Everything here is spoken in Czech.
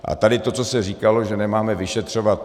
A tady to, co se říkalo, že nemáme vyšetřovat.